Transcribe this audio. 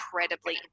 incredibly